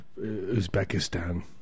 Uzbekistan